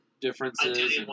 differences